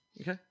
Okay